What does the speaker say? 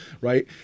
Right